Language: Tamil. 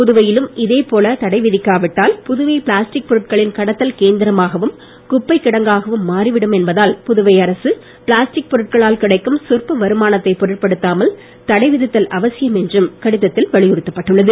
புதுவையிலும் இது போல தடைவிதிக்காவிட்டால் புதுவை பிளாஸ்டிக் பொருடக்ளின் கடத்தல் கேந்திரமாகவும் குப்பை கிடங்காகவும் மாறிவிடும் என்பதால் புதுவை அரசு பிளாஸ்டிக் பொருட்களால் கிடைக்கும் சொற்ப வருமானத்தை பொருட்படுத்தாமல் தடைவிதித்தல் அவசியம் என்றும் கடித்த்தில் வலியுறுத்தப்பட்டுள்ளது